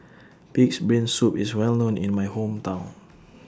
Pig'S Brain Soup IS Well known in My Hometown